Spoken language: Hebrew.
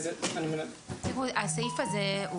הסעיף הזה,